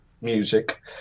music